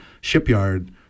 Shipyard